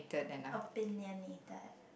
opinionated